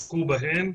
הקודמות.